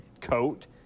coat